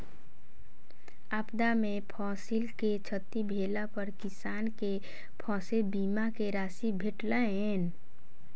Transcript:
आपदा में फसिल के क्षति भेला पर किसान के फसिल बीमा के राशि भेटलैन